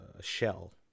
shell